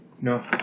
no